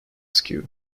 skew